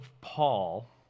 Paul